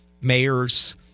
mayors